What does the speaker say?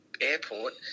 airport